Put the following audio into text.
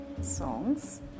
songs